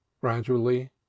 Gradually